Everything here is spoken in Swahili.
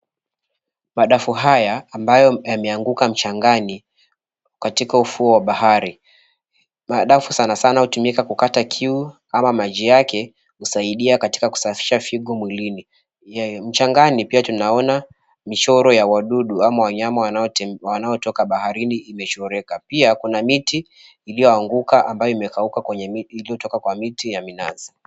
Madafu haya ambayo yameanguka mchangani katika ufuo wa bahari. Madafu sanasana hutumika kukata kiu ama maji yake husaidia katika kusafisha figo mwilini. Mchangani pia tunaona michoro ya wadudu ama wanyama wanaotoka baharini imechoreka. Pia kuna miti ilioanguka ambayo imekauka iliotoka kwa miti ya minazi.